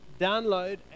download